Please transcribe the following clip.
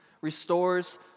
restores